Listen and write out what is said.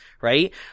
right